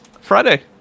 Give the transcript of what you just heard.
Friday